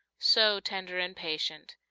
so tender and patient,